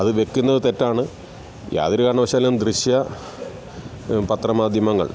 അത് വെയ്ക്കുന്നത് തെറ്റാണ് യാതൊരു കാരണവശാലും ദൃശ്യ പത്ര മാധ്യമങ്ങൾ